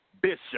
Bishop